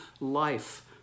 life